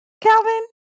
Calvin